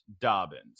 Dobbins